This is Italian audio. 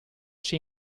sia